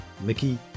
mickey